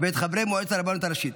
התש"ם 1980,